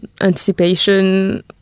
Anticipation